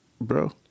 Bro